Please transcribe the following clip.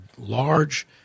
large